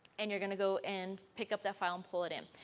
and you're going to go and pick up the file and pull it in.